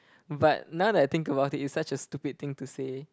but now that I think about it is such a stupid thing to say